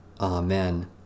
Amen